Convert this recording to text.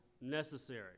necessary